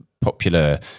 popular